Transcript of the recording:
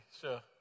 sure